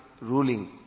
ruling